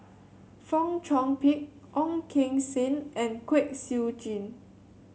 Fong Chong Pik Ong Keng Sen and Kwek Siew Jin